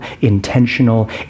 intentional